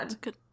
good